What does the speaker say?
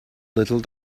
little